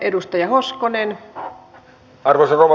arvoisa rouva puhemies